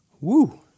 Woo